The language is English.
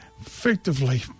effectively